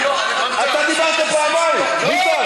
אתה דיברת פעמיים, ביטן.